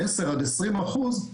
20-10 אחוזים,